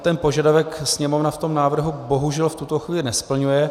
Tento požadavek Sněmovna v návrhu bohužel v tuto chvíli nesplňuje.